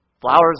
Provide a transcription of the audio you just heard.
flowers